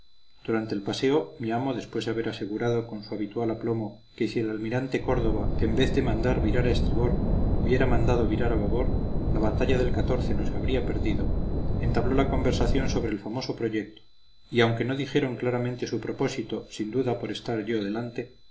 durante el paseo mi amo después de haber asegurado con su habitual aplomo que si el almirante córdova en vez de mandar virar a estribor hubiera mandado virar a babor la batalla del no se habría perdido entabló la conversación sobre el famoso proyecto y aunque no dijeron claramente su propósito sin duda por estar yo delante